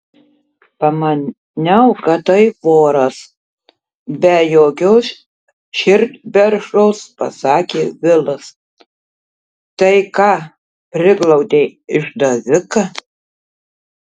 pamaniau kad tai voras be jokios širdperšos pasakė vilas tai ką priglaudei išdaviką